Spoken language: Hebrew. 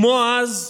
כמו אז,